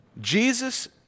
Jesus